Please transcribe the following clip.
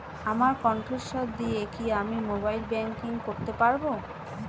আমার কন্ঠস্বর দিয়ে কি আমি মোবাইলে ব্যাংকিং করতে পারবো?